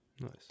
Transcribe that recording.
Nice